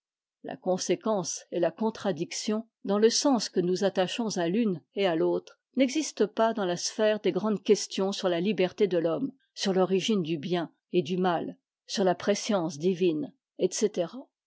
la conséquence et la contradiction dans le sens que nous attachons à l'une et à l'autre n'existent pas dans ta sphère des grandes questions sur la liberté de l'homme sur l'origine du bien et t du mal sur là prescience divine etc